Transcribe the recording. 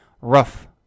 rough